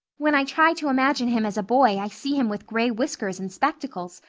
when i try to imagine him as a boy i see him with gray whiskers and spectacles,